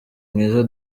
mwiza